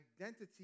identity